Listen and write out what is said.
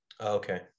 Okay